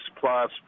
plus